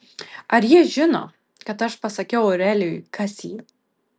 ar ji žino kad aš pasakiau aurelijui kas ji